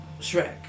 Shrek